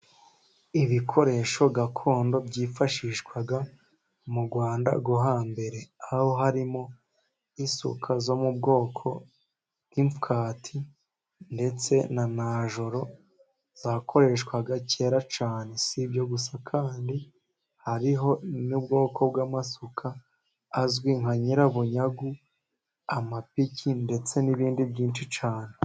Ibikoresho gakondo byifashishwa mu rwanda rwo hambere, aho harimo isuka yo mu bwoko bw'mfwati, ndetse na najoro zakoreshwaga kera cyane, si ibyo gusa kandi hariho n'ubwoko bw'amasuka azwi nka nyirabunyagu, amapiki ndetse n'ibindi byinshi cyane.